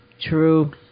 True